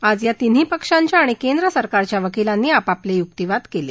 आज या तिन्ही पक्षांच्या आणि केंद्र सरकारच्या वकिलांनी आपापले युक्तिवाद केले